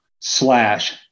slash